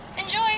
Enjoy